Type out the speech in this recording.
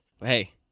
Hey